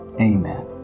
amen